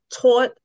taught